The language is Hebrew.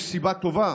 יש סיבה טובה